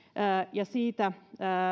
ja siitä